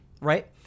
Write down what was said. right